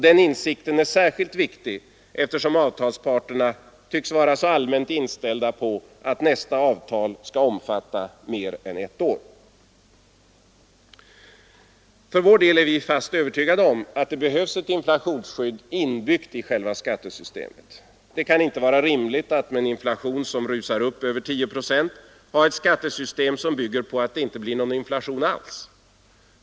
Den insikten är särskilt viktig eftersom avtalsparterna tycks vara allmänt inställda på att nästa avtal skall omfatta mer än ett år. För vår del är vi fast övertygade om att det behövs ett inflationsskydd inbyggt i själva skattesystemet. Det kan inte vara rimligt att med en inflation som rusar upp över 10 procent ha ett skattesystem som bygger på att det inte blir någon inflation alls.